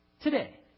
today